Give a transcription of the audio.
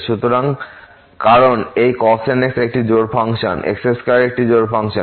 সুতরাং কারণ এই cos nx একটি জোড় ফাংশন x2 একটি জোড় ফাংশন